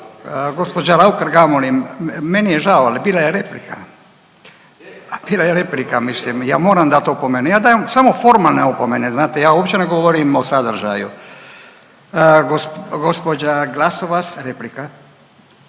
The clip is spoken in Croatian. Gospođa Raukar Gamulin, meni je žao ali bila je replika. Bila je replika mislim, ja moram dat opomenu. Ja dajem samo formalne opomene znate, ja uopće ne govorim o sadržaju. Gospođa Glasovac replika.